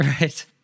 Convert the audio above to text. Right